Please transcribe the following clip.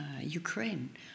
Ukraine